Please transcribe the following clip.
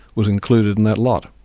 was included in that lot.